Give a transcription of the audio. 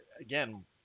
again